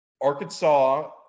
Arkansas